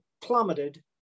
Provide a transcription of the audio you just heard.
plummeted